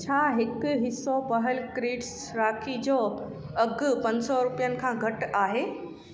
छा हिकु हिसो पहल क्रिडस राखी जो अघु पंज सौ रुपयनि खां घटि आहे